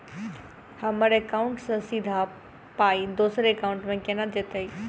हम्मर एकाउन्ट सँ सीधा पाई दोसर एकाउंट मे केना जेतय?